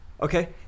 Okay